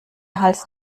hals